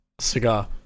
Cigar